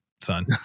son